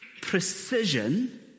precision